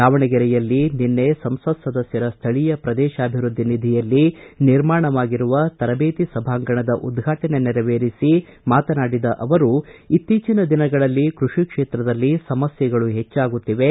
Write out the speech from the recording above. ದಾವಣಗೆರೆಯಲ್ಲಿ ನಿನ್ನೆ ಸಂಸತ್ ಸದಸ್ಕರ ಸ್ಥಳೀಯ ಶ್ರದೇಶಾಭಿವೃದ್ದಿ ನಿಧಿಯಲ್ಲಿ ನಿರ್ಮಾಣವಾಗಿರುವ ತರಬೇತಿ ಸಭಾಂಗಣದ ಉದ್ಘಾಟನೆ ನೆರವೇರಿಸಿ ಮಾತನಾಡಿದ ಅವರು ಇತ್ತೀಚನ ದಿನಗಳಲ್ಲಿ ಕೃಷಿ ಕ್ಷೇತ್ರದಲ್ಲಿ ಸಮಸ್ಕೆಗಳು ಹೆಚ್ಚಾಗುತ್ತಿವೆ